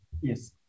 Yes